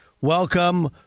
Welcome